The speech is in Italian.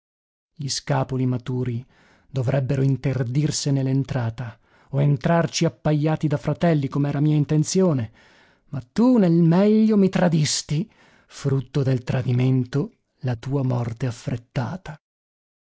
gli scapoli maturi dovrebbero interdirsene l'entrata o entrarci appajati da fratelli com'era mia intenzione ma tu nel meglio mi tradisti frutto del tradimento la tua morte affrettata